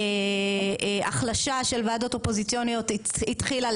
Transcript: ההחלשה של ועדות אופוזיציונית התחילה,